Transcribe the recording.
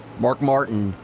mark martin,